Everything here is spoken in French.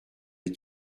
les